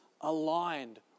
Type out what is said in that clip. aligned